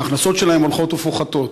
ההכנסות שלהם הולכות ופוחתות.